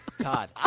Todd